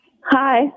Hi